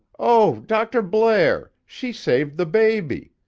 oh, dr. blair, she saved the baby!